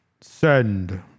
Send